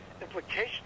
implications